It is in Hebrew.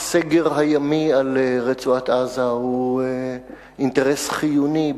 הסגר הימי על רצועת-עזה הוא אינטרס חיוני,